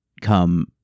come